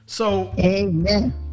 Amen